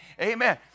Amen